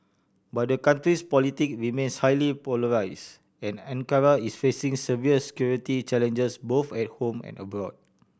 but the country's politic remains highly polarise and Ankara is facing severes security challenges both at home and abroad